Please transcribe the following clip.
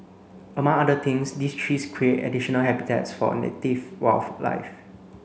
among other things these trees create additional habitats for native wildlife